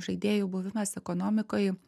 žaidėjų buvimas ekonomikoj